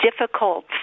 difficult